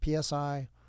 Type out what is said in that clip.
PSI